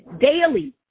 daily